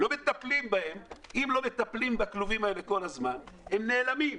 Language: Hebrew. אם לא מטפלים בכלובים האלה כל הזמן הם נעלמים.